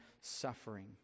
suffering